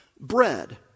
bread